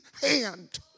hand